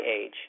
age